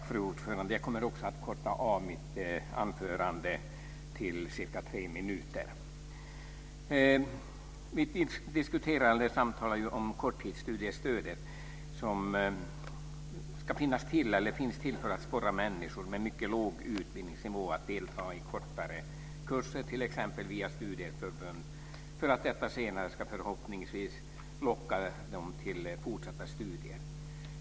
Fru talman! Jag kommer också att korta av mitt anförande till cirka tre minuter. Vi samtalar om korttidsstudiestödet som finns till för att sporra människor med mycket låg utbildningsnivå att delta i kortare kurser, t.ex. via studieförbund, för att detta senare förhoppningsvis ska locka dem till fortsatta studier.